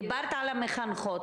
דיברת על המחנכות.